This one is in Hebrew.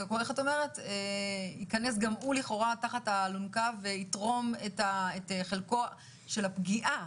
וייכנס גם הוא לכאורה תחת האלונקה ויתרום את חלקו היחסי.